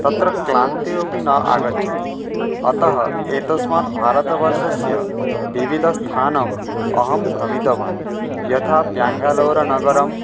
तत्र क्लान्तिः अपि न आगच्छति अतः एतस्मात् भारतवर्षस्य विविधस्थानम् अहं भ्रमितवान् यथा बेङ्गलूरुनगरं